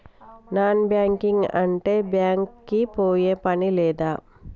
Non banking అంటే bank కి పోయే పని లేదా?